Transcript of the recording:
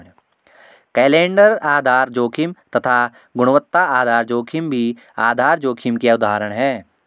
calendar आधार जोखिम तथा गुणवत्ता आधार जोखिम भी आधार जोखिम के उदाहरण है